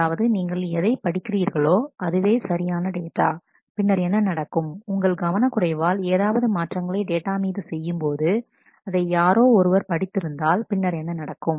அதாவது நீங்கள் எதை படிக்கிறீர்களோ அதுவே சரியான டேட்டா பின்னர் என்ன நடக்கும் உங்கள் கவனக்குறைவால் ஏதாவது மாற்றங்களை டேட்டா மீது செய்யும்போது அதை யாரோ ஒருவர் படித்து இருந்தால் பின்னர் என்ன நடக்கும்